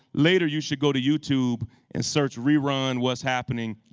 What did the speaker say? later you should go to youtube and search rerun, what's happening,